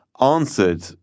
answered